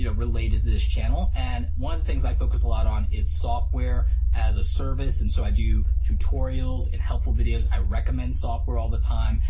you know related to this channel, and one of the things i focus a lot on is software as a service, and so i do tutorials and helpful videos, i recommend software all the time,